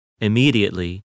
Immediately